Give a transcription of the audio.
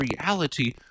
reality